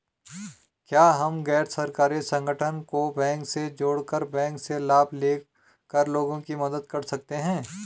क्या हम गैर सरकारी संगठन को बैंक से जोड़ कर बैंक से लाभ ले कर लोगों की मदद कर सकते हैं?